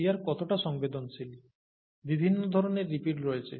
শিয়ার কতটা সংবেদনশীল বিভিন্ন ধরণের লিপিড রয়েছে